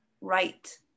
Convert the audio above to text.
right